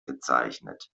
gezeichnet